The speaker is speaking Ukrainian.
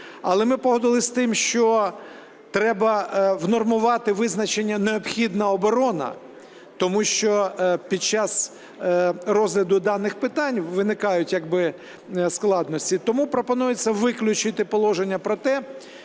Але ми погодилися з тим, що треба внормувати визначення "необхідна оборона", тому що під час розгляду даних питань виникають як би складності. Тому пропонується виключити положення про те,